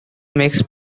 make